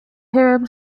hiram